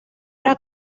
era